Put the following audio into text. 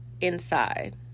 inside